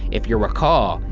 if you'll recall,